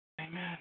Amen